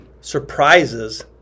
surprises